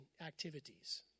activities